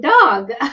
dog